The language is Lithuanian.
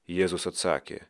jėzus atsakė